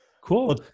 Cool